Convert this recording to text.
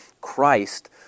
Christ